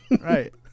Right